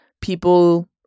people